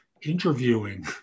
interviewing